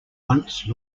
once